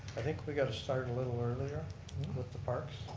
i think we got to start a little earlier with the parks.